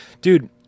Dude